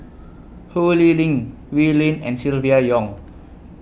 Ho Lee Ling Wee Lin and Silvia Yong